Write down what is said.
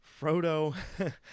Frodo